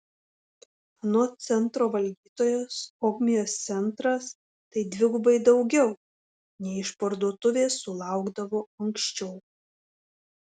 anot centro valdytojos ogmios centras tai dvigubai daugiau nei išparduotuvės sulaukdavo anksčiau